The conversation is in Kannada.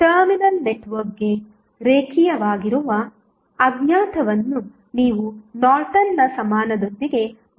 ಆದ್ದರಿಂದ ಟರ್ಮಿನಲ್ ನೆಟ್ವರ್ಕ್ಗೆ ರೇಖೀಯವಾಗಿರುವ ಅಜ್ಞಾತವನ್ನು ನೀವು ನಾರ್ಟನ್ನ ಸಮಾನದೊಂದಿಗೆ ಬದಲಾಯಿಸುವಿರಿ